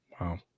Wow